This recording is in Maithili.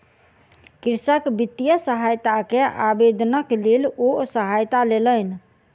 कृषक वित्तीय सहायता के आवेदनक लेल ओ सहायता लेलैन